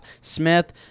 Smith